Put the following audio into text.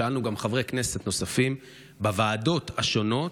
שאלו גם חברי כנסת נוספים בוועדות השונות.